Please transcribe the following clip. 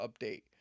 update